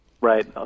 Right